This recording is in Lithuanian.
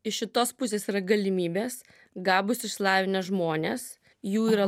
iš šitos pusės yra galimybės gabūs išsilavinę žmonės jų yra